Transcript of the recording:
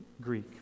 Greek